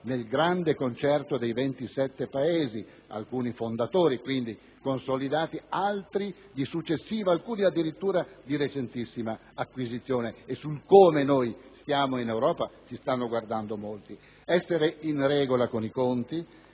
nel grande concerto dei 27 Paesi membri, alcuni dei quali fondatori, quindi consolidati, altri di successiva (alcuni addirittura recentissima) acquisizione. E su come noi stiamo in Europa ci stanno guardando in molti. Essere in regola con i conti